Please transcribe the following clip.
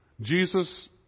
Jesus